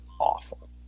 awful